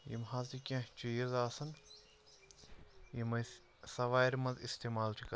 یِم حظ تہِ کینٛہہ چیٖز آسان یِم أسۍ سَوارِ منٛز اِستعمال چھِ کَہ